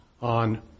on